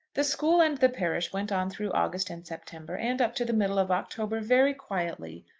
the school and the parish went on through august and september, and up to the middle of october, very quietly.